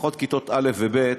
לפחות כיתות א' וב',